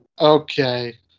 Okay